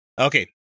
Okay